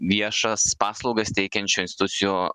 viešas paslaugas teikiančių institucijų